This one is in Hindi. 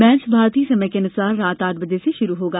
मैच भारतीय समय अनुसार रात आठ बजे शुरू होगा